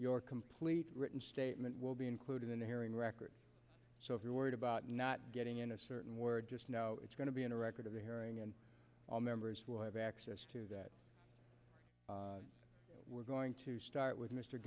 your complete written statement will be included in the hearing record so if you're worried about not getting in a certain word just know it's going to be a record of the hearing and all members will have access to that we're going to start with m